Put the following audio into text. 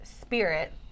spirit